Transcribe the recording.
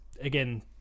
again